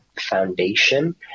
foundation